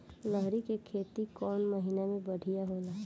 लहरी के खेती कौन महीना में बढ़िया होला?